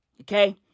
Okay